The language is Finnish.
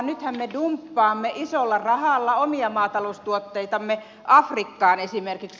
nythän me dumppaamme isolla rahalla omia maataloustuotteitamme afrikkaan esimerkiksi